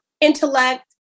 intellect